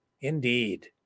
indeed